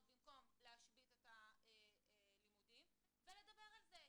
במקום להשבית את הלימודים ולדבר על זה,